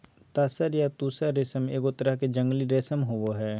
तसर या तुसह रेशम एगो तरह के जंगली रेशम होबो हइ